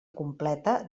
completa